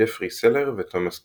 ג'פרי סלר ותומאס קייל.